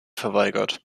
verweigert